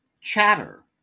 Chatter